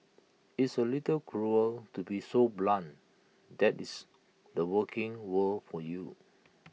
it's A little cruel to be so blunt that's the working world for you